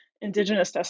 indigenous